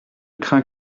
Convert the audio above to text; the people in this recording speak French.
crains